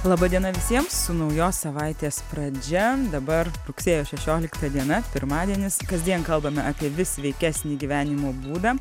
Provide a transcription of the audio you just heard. laba diena visiems su naujos savaitės pradžia dabar rugsėjo šešiolikta diena pirmadienis kasdien kalbame apie vis sveikesnį gyvenimo būdą